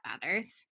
matters